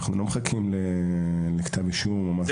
כמובן שלא מחכים להגשת כתב אישום או משהו כזה.